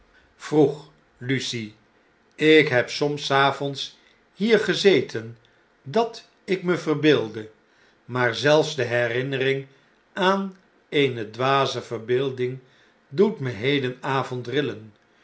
vroeg lucie ik heb soms savondshier gezeten dat ik me verbeeldde maar zelfs de herinnering aan eene dwaze verbeelding doet me hedenavond